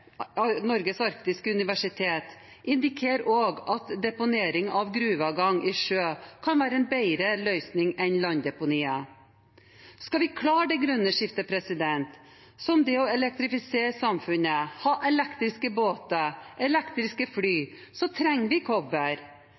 UiT, Norges arktiske universitet, indikerer også at deponering av gruveavgang i sjø kan være en bedre løsning enn landdeponier. Skal vi klare det grønne skiftet, som det å elektrifisere samfunnet, ha elektriske båter og elektriske fly, trenger vi kobber.